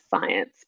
science